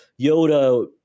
Yoda